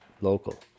local